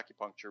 acupuncture